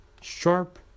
sharp